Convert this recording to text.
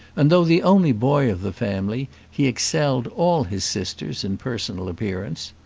and though the only boy of the family, he excelled all his sisters in personal appearance.